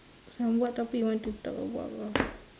so what topic you want to talk about ah